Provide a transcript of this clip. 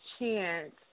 chance